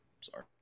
Sorry